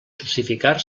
justificar